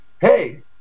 hey